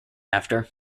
after